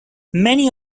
many